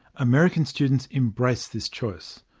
american students embrace this choice.